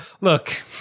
Look